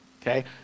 Okay